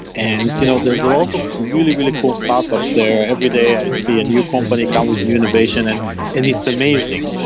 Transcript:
and you know there's a lot of really, really cool startups there. every day, i see a new company come with new innovation and and it's amazing.